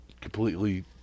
completely